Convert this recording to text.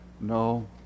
no